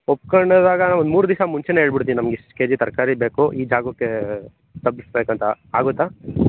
ಒಪ್ಕೊಂಡಾದಾಗ ಒಂದು ಮೂರು ದಿಸ ಮುಂಚೆನೇ ಹೇಳ್ಬಿಡ್ತೀವಿ ನಮಗೆ ಇಷ್ಟು ಕೆಜಿ ತರಕಾರಿ ಬೇಕು ಈ ಜಾಗಕ್ಕೆ ತಲ್ಪಿಸಬೇಕಂತ ಆಗುತ್ತಾ